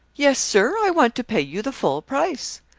yes, sir, i want to pay you the full price.